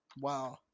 Wow